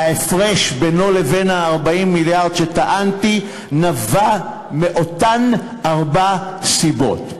וההפרש בינו לבין 40 המיליארד שטענתי נבע מאותן ארבע סיבות.